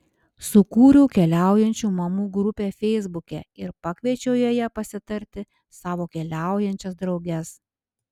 sukūriau keliaujančių mamų grupę feisbuke ir pakviečiau joje pasitarti savo keliaujančias drauges